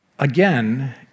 Again